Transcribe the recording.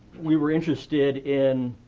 we were interested in,